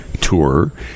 Tour